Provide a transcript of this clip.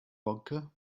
vodka